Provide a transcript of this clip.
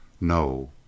No